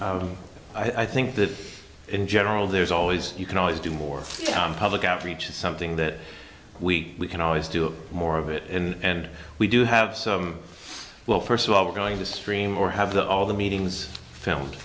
so i think the in general there's always you can always do more public outreach is something that we can always do more of it and we do have some well first of all we're going to stream or have the all the meetings filmed